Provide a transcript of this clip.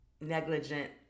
negligent